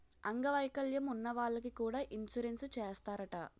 అంగ వైకల్యం ఉన్న వాళ్లకి కూడా ఇన్సురెన్సు చేస్తారట